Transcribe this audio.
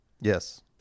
Yes